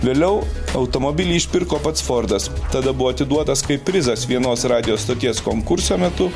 vėliau automobilį išpirko pats fordas tada buvo atiduotas kaip prizas vienos radijo stoties konkurso metu